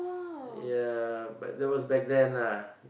ya but that was back then lah